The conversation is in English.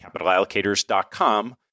capitalallocators.com